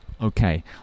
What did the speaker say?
Okay